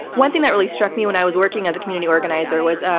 one thing that really struck me when i was working as a community organizer was, ah